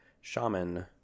Shaman